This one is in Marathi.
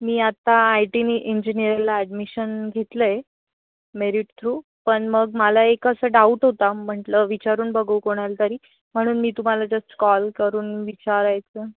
मी आत्ता आय टीनी इंजिनीअरिंगला ॲडमिशन घेतलं आहे मेरीट थ्रू पण मग मला एक असं डाऊट होता म्हटलं विचारून बघू कोणाला तरी म्हणून मी तुम्हाला जस्ट कॉल करून विचारायचं